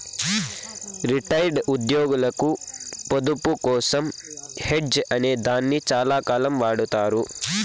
retired ఉద్యోగులకు పొదుపు కోసం హెడ్జ్ అనే దాన్ని చాలాకాలం వాడతారు